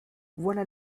voilà